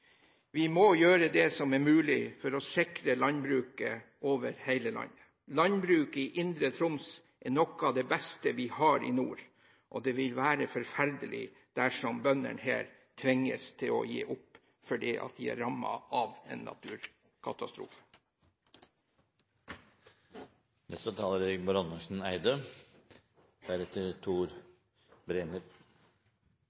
Vi må gjøre det som er mulig for å sikre landbruket over hele landet. Landbruket i indre Troms er noe av det beste vi har i nord, og det vil være forferdelig dersom bøndene her tvinges til å gi opp fordi de er rammet av en